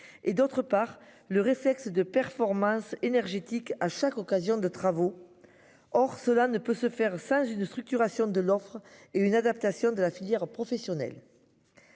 Et d'autre part le réflexe de performance énergétique à chaque occasion de travaux. Or cela ne peut se faire face d'une structuration de l'offre et une adaptation de la filière professionnelle.